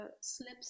slips